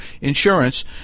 Insurance